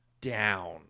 down